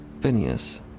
Phineas